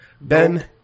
Ben